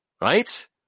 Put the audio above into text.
right